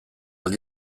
ahal